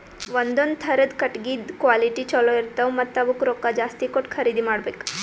ಒಂದೊಂದ್ ಥರದ್ ಕಟ್ಟಗಿದ್ ಕ್ವಾಲಿಟಿ ಚಲೋ ಇರ್ತವ್ ಮತ್ತ್ ಅವಕ್ಕ್ ರೊಕ್ಕಾ ಜಾಸ್ತಿ ಕೊಟ್ಟ್ ಖರೀದಿ ಮಾಡಬೆಕ್